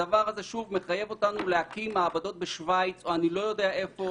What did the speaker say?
הדבר הזה שוב מחייב אותנו להקים מעבדות בשוויץ או אני לא יודע איפה.